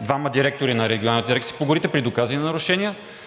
двама директори на Регионална дирекция по горите при доказани нарушения.